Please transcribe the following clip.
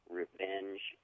revenge